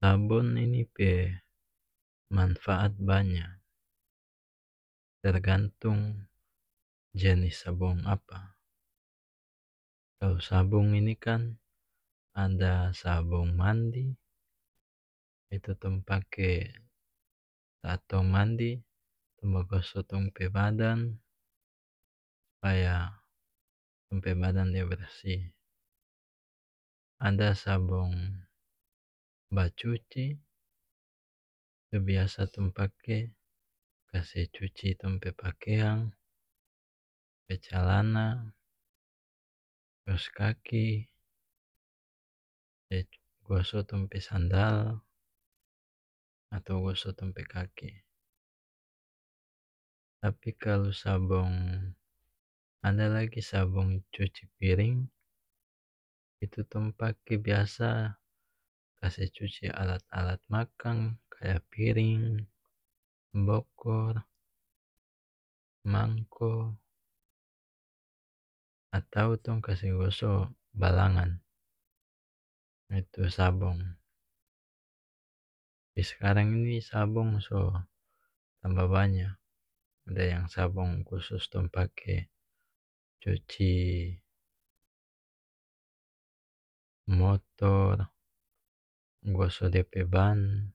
Sabon ini pe manfaat banya tergantung jenis sabong apa kalu sabong ini kan ada sabong mandi itu tong pake la tong mandi tong bagoso tong pe badan supaya tong badan dia bersih ada sabong bacuci tu biasa tong pake kase cuci tong pe pakeang pe calana koskaki goso tong pe sandal atau goso tong pe kaki tapi kalu sabong ada lagi sabong cuci piring itu tong pake biasa kase cuci alat alat makang kaya piring bokor mangko atau tong kase goso balangan itu sabong skarang ni sabong so tambah banya deng sabong khusus tong pake cuci motor goso dia pe ban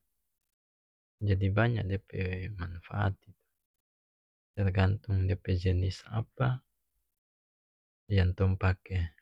jadi banya dia pe manfaat itu tergantung dia pe jenis apa yang tong pake.